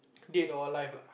dead or alive lah